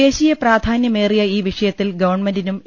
ദേശീയ പ്രാധാന്യമേറിയ ഈ വിഷയത്തിൽ ഗ്രവൺമെന്റിനും എ